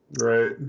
Right